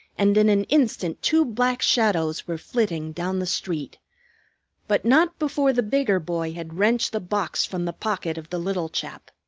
and in an instant two black shadows were flitting down the street but not before the bigger boy had wrenched the box from the pocket of the little chap.